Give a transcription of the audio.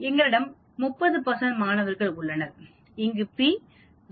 எங்களிடம் 30 மாணவர்கள் உள்ளனர் இங்கே p 0